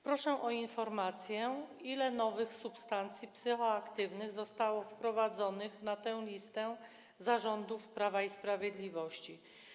Proszę o informację, ile nowych substancji psychoaktywnych zostało wprowadzonych na tę listę za rządów Prawa i Sprawiedliwości.